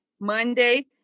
Monday